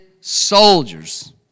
soldiers